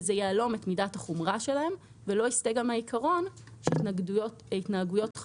וזה יהלום את מידת החומרה שלהן ולא יסטה מהעיקרון שהתנהגויות חמורות,